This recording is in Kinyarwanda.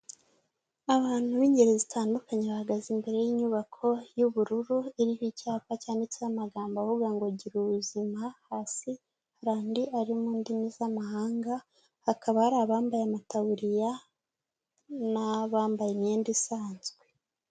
Abantu b'ingeri zitandukanye bahagaze imbere y'inyubako y'ubururu, iriho icyapa cyanditseho amagambo avuga ngo gira ubuzima, hasi hari andi ari mu ndimi z'amahanga, hakaba hari abambaye amataburiya n abambaye imyenda isanzwe.